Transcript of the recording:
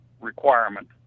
requirement